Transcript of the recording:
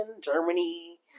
Germany